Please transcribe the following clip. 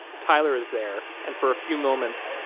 tyler is there, and for a few moments,